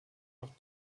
noch